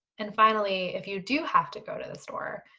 and finally, if you do have to go to the store,